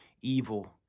evil